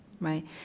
right